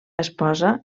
esposa